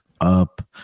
up